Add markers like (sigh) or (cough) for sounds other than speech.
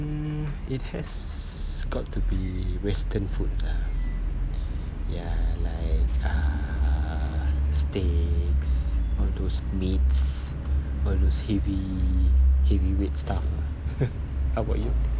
um it has got to be western food lah ya like uh steaks all those meats all those heavy heavyweight stuff lah (laughs) how about you